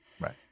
Right